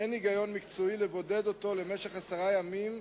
אין היגיון מקצועי לבודד אותו למשך עשרה ימים,